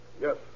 Yes